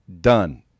done